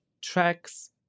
tracks